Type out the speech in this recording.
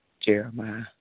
Jeremiah